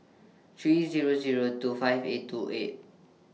three Zero Zero two five eight two eight